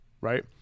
right